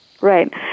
Right